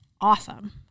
awesome